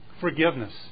Forgiveness